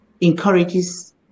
encourages